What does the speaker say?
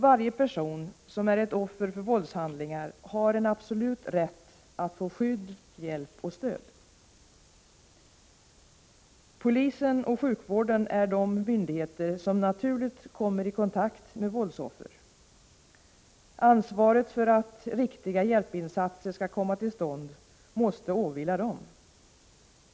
Varje person som är ett offer för våldshandlingar har en absolut rätt att få skydd, hjälp och stöd. Polisen och sjukvården är de myndigheter som naturligt kommer i kontakt med våldsoffer. Ansvaret för att riktiga hjälpinsatser skall komma till stånd måste åvila dem.